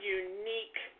unique